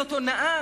זאת הונאה.